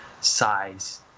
size